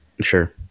Sure